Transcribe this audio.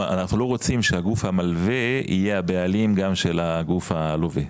אנחנו לא רוצים שהגוף המלווה יהיה הבעלים גם של הגוף הלווה.